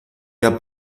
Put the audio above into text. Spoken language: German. der